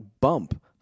bump